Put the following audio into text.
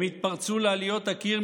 הם התפרצו לעליות הקיר,